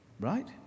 Right